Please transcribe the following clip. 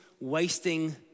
wasting